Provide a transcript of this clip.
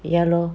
ya lor